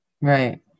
Right